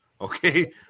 okay